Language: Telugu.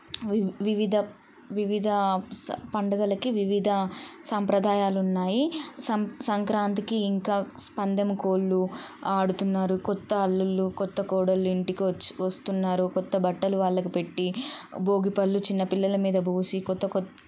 వి వివిధ వివిధ స పండగలకి వివిధ సాంప్రదాయాలు ఉన్నాయి సం సంక్రాంతికి ఇంకా పందెం కోళ్ళు ఆడుతున్నారు క్రొత్త అల్లుళ్ళు క్రొత్త కోడళ్ళు ఇంటికి వచ్చి వస్తున్నారు క్రొత్త బట్టలు వాళ్ళకి పెట్టి భోగిపళ్ళు చిన్నపిల్లల మీద పోసి క్రొత్త క్రొత్త